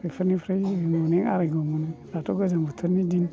बेफोरनिफ्राय आरायग' मोनो दाथ' गोजां बोथोरनि दिन